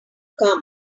come